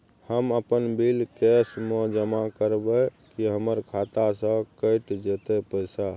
हम अपन bill cash म जमा करबै की हमर खाता स कैट जेतै पैसा?